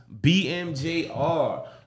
BMJR